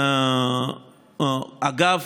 אגב,